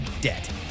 debt